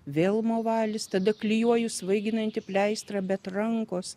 vėl movalis tada klijuoju svaiginantį pleistrą bet rankos